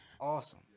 awesome